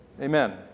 Amen